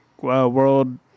world